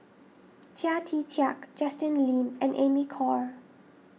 Chia Tee Chiak Justin Lean and Amy Khor